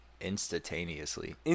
Instantaneously